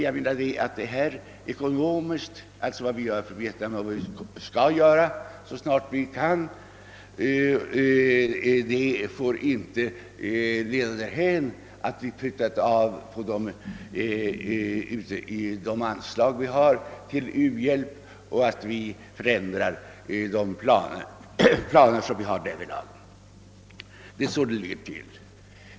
Jag menar att vad vi skall göra för Vietnam, så snart vi kan, inte får leda därhän, att vi prutar av på de ordinarie anslag vi har till u-hjälp så att vi måste förändra de planer som vi har därvidlag.